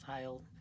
file